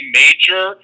major